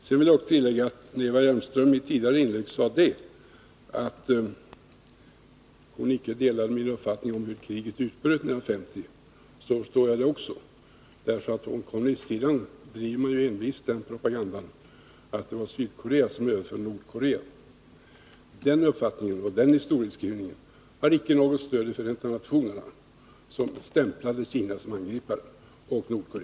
Jag vill sedan tillägga att när Eva Hjelmström i ett tidigare inlägg sade att hon icke delade min uppfattning om hur kriget utbröt 1950 förstår jag det också, ty från kommunistsidan driver man envist den propagandan att det var Sydkorea som överföll Nordkorea. Den uppfattningen och den historieskrivningen har icke något stöd i Förenta nationerna, som stämplade Kina och Nordkorea som angripare.